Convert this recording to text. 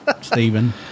Stephen